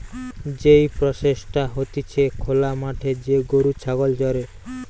যেই প্রসেসটা হতিছে খোলা মাঠে যে গরু ছাগল চরে